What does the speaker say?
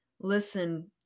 listen